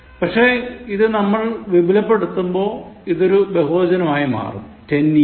പക്ഷേ ഇത് നമ്മൾ വിപുലപ്പെടുത്തുമ്പോൾ ഇതൊരു ബഹുവചനം ആയി മാറും ten years